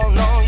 no